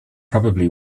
probably